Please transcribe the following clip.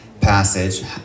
passage